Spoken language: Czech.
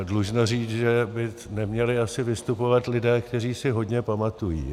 Dlužno říct, že by asi neměli vystupovat lidé, kteří si hodně pamatují.